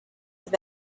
have